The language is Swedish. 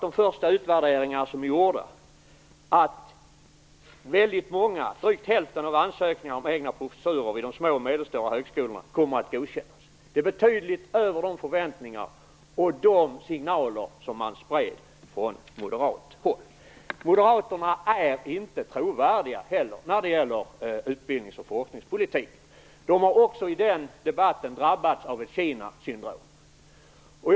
De första utvärderingarna som är gjorda visar att väldigt många, drygt hälften, av ansökningarna om egna professurer vid de små och medelstora högskolorna kommer att godkännas. Detta överträffar betydligt de förväntningar och de signaler man spred från moderat håll. Moderaterna är inte trovärdiga när det gäller utbildnings och forskningspolitik. De har också i den debatten drabbats av ett Kinasyndrom.